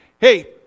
hey